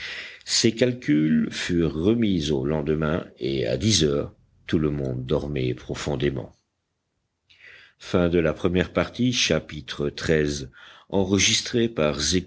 ces calculs furent remis au lendemain et à dix heures tout le monde dormait profondément